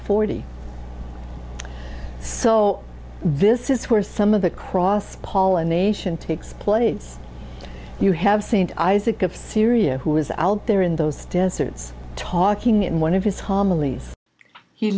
forty so this is where some of the cross pollination takes place you have st isaac of syria who is out there in those deserts talking in one of his hom